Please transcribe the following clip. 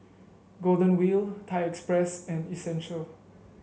Golden Wheel Thai Express and Essential